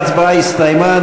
ההצבעה הסתיימה.